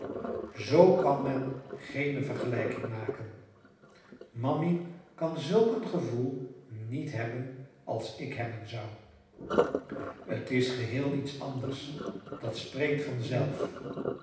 z kan men geene vergelijkingen maken mammy kan zulk een gevoel niet hebben als ik hebben zou het is geheel iets anders dat spreekt vanzelf